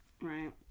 Right